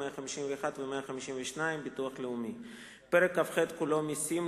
151 ו-152 (ביטוח לאומי); פרק כ"ח כולו (מסים),